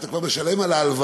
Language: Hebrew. אתה כבר משלם על ההלוואה.